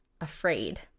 afraid